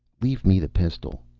leave me the pistol.